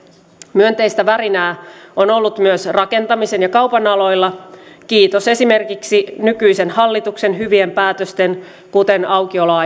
myönteistä värinää on ollut myös rakentamisen ja kaupan aloilla kiitos esimerkiksi nykyisen hallituksen hyvien päätösten kuten aukiolojen